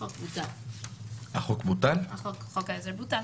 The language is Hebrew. חוק העזר בוטל,